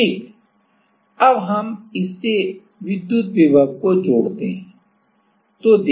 ठीक अब हम इससे विद्युत विभव को जोड़ते हैं